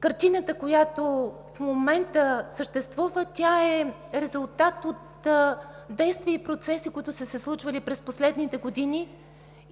Картината, която в момента съществува, е резултат от действия и процеси, които са се случвали през последните години.